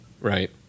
right